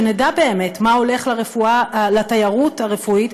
שנדע באמת מה הולך לתיירות הרפואית,